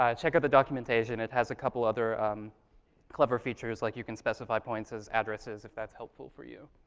ah check out the documentation. it has a couple other um clever features, like you can specify points as addresses if that's helpful for you.